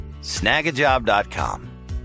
Snagajob.com